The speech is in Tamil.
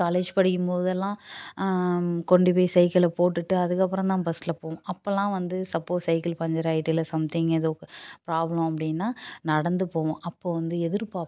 காலேஜ் படிக்கும்போதெல்லாம் கொண்டிப்போய் சைக்கிளை போட்டுட்டு அதுக்கப்புறம் தான் பஸ்ல போவோம் அப்போலாம் வந்து சப்போஸ் சைக்கிள் பஞ்சர் ஆகிட்டு இல்லை சம்திங்க் ஏதோ ப்ராப்ளம் அப்படினா நடந்து போவோம் அப்போது வந்து எதிர்பார்ப்போம்